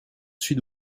sud